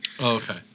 Okay